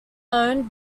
owned